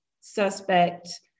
suspect